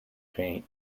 paint